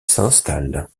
s’installe